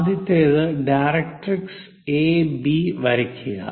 ആദ്യത്തേത് directrix A B വരയ്ക്കുക